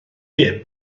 dim